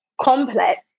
complex